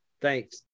Thanks